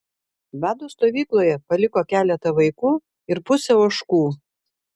bado stovykloje paliko keletą vaikų ir pusę ožkų